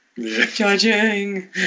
Judging